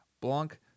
Blanc